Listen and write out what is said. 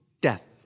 death